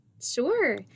Sure